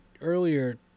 earlier